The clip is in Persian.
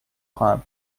خواهم